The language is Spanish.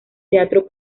teatro